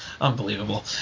Unbelievable